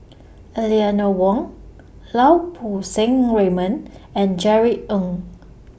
Eleanor Wong Lau Poo Seng Raymond and Jerry Ng